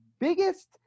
biggest